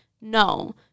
no